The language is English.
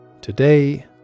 Today